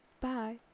Bye